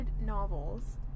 novels